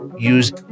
Use